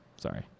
sorry